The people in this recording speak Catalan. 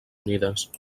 unides